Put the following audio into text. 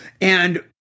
And-